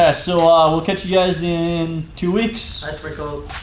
ah so ah we'll catch you guys in two weeks. hi, sprinkles.